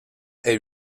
est